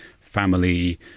family